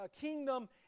kingdom